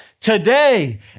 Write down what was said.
today